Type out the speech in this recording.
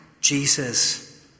Jesus